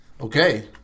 Okay